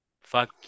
Fuck